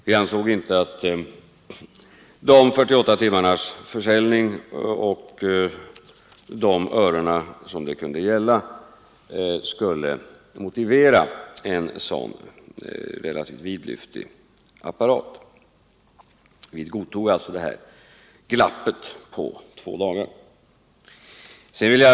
Vi ansåg inte att de 48 timmarnas försäljning och de ören som det skulle gälla motiverade en sådan relativt vidlyftig apparat. Vi godtog alltså glappet på två dagar.